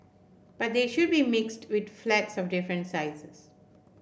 but they should be mixed with flats of different sizes